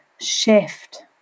shift